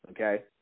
okay